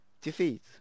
Defeat